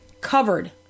covered